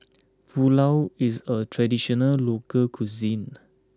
Pulao is a traditional local cuisine